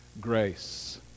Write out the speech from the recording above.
grace